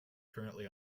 currently